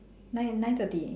nine nine thirty